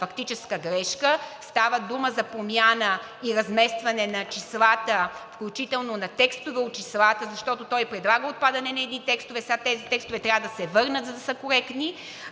фактическа грешка. Става дума за промяна и разместване на числата, включително на текстове от числата, защото той предлага отпадане на едни текстове, сега тези текстове трябва да се върнат, за да са коректни.